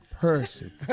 person